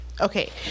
okay